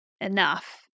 enough